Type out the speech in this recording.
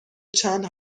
چند